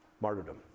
martyrdom